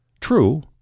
True